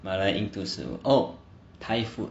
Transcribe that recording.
马来印度食物 oh thai food